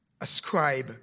ascribe